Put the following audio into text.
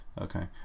Okay